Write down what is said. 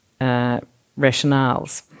rationales